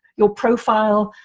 your profile,